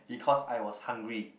because I was hungry